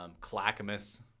Clackamas